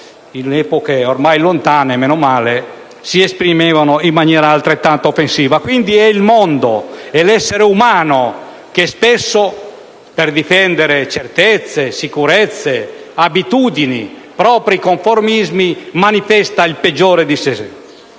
in epoche ormai lontane (meno male!), si esprimevano in maniera altrettanto offensiva. Quindi, è il mondo, l'essere umano, che spesso, per difendere certezze, sicurezze, abitudini, propri conformismi, manifesta il peggio di sé.